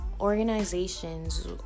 organizations